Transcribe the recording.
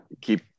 Keep